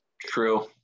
True